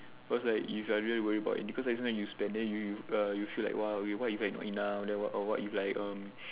cause like if you are really worry about it because this one you spend then you err you feel like !wow! what if you have not enough then what what if like erm